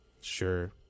sure